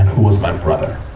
and, who was my brother.